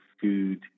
food